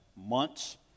months